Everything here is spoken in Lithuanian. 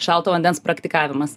šalto vandens praktikavimas